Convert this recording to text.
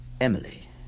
Emily